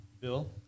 Bill